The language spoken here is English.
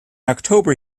october